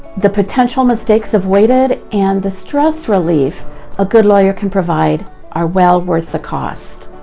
the potential mistakes avoided and the stress relief a good lawyer can provide are well worth the cost.